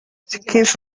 chickens